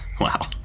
Wow